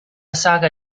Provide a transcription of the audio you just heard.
saga